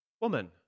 Woman